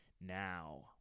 now